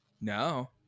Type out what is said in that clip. No